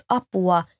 apua